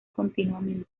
continuamente